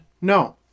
No